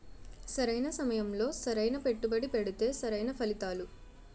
సరైన సమయంలో సరైన పెట్టుబడి పెడితే సరైన ఫలితాలు